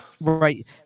right